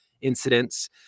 incidents